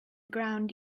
ground